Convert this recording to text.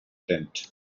tent